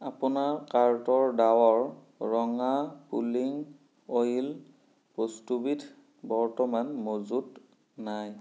আপোনাৰ কাৰ্টৰ ডাৱৰ ৰঙা পুলিং অইল বস্তুবিধ বৰ্তমান মজুত নাই